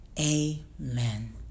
amen